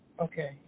Okay